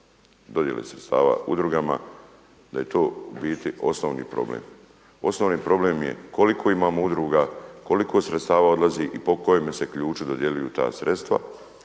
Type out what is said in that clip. dodjele sredstava udrugama, da je to u biti osnovni problem. osnovni problem je koliko imamo udruga, koliko sredstava odlazi i po kojemu se ključu dodjeljuju ta sredstva